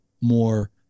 more